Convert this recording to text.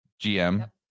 GM